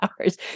hours